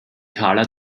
karla